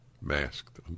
masked